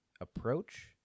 approach